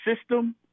system –